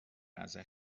ازت